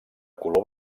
color